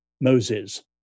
Moses